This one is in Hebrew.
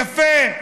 יפה,